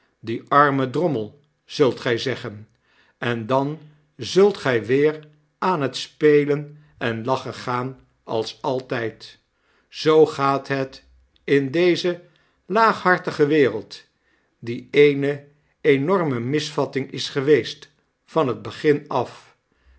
die arme drommel zult gij zeggen en dan zult gjj weer aan het spelen en lachen gaan als altyd zoo gaat het in deze laaghartige wereld die eene enorme misvatting is geweest van het begin af